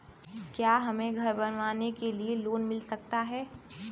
क्या हमें घर बनवाने के लिए लोन मिल सकता है?